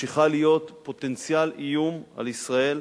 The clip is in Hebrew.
ממשיכה להיות פוטנציאל איום על ישראל,